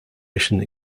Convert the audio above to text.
mission